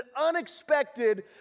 unexpected